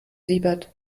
siebert